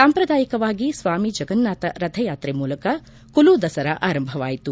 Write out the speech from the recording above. ಸಾಂಪ್ರದಾಯಿಕವಾಗಿ ಸ್ವಾಮಿ ಜಗನ್ನಾಥ ರಥಯಾತ್ರೆ ಮೂಲಕ ಕುಲು ದಸರಾ ಆರಂಭವಾಯಿತು